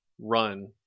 run